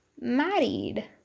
married